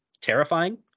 terrifying